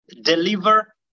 deliver